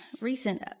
recent